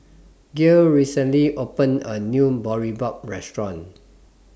Gael recently opened A New Boribap Restaurant